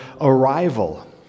arrival